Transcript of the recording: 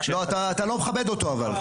אתה לא מכבד אותו.